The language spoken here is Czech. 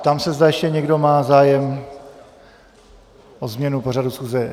Ptám se, zda ještě někdo má zájem o změnu pořadu schůze.